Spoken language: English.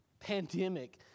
pandemic